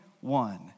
one